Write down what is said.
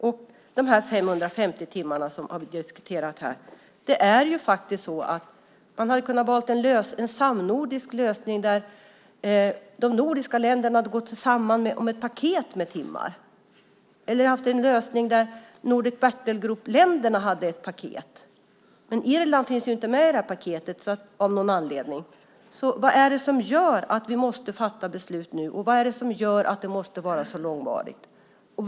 När det gäller de 550 timmarna kunde man ha valt en samnordisk lösning där de nordiska länderna gått samman om ett paket med timmar eller en lösning där Nordic Battlegroup-länderna hade ett paket. Men Irland finns av någon anledning inte med i paketet. Vad är det som gör att vi måste fatta beslut nu? Vad är det som gör att det måste vara så långvarigt?